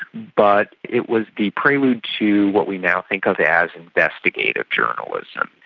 but it was the prelude to what we now think of as investigative journalism.